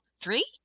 three